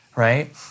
Right